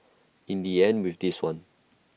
in IT ends with this one